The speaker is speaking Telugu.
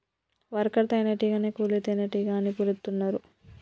వర్కర్ తేనే టీగనే కూలీ తేనెటీగ అని పిలుతున్నరు